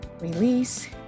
release